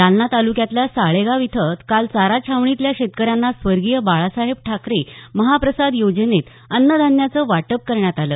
जालना तालुक्यातल्या साळेगाव इथं काल चारा छावणीतल्या शेतकऱ्यांना स्वर्गीय बाळासाहेब ठाकरे महाप्रसाद योजनेत अन्न धान्याचं वाटप करण्यात आलं